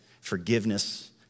forgiveness